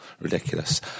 ridiculous